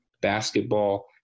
basketball